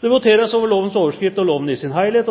Det voteres over lovens overskrift og loven i sin helhet.